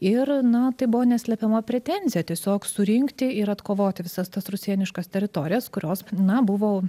ir na tai buvo neslepiama pretenzija tiesiog surinkti ir atkovoti visas tas rusėniškas teritorijas kurios na buvo